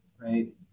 right